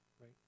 right